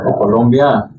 Colombia